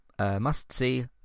must-see